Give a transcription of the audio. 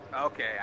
Okay